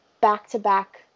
back-to-back